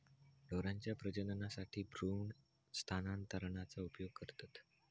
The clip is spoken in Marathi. ढोरांच्या प्रजननासाठी भ्रूण स्थानांतरणाचा उपयोग करतत